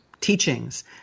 teachings